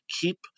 keep